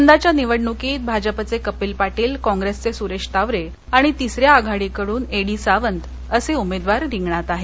यंदाच्या निवडणुकीत भाजपचे कपिल पाटील काँप्रेसचे सुरेश तावरे आणि तिसऱ्या आघाडीकडून ए डी सावंत असे उमेदवार रिंगणात आहेत